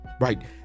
right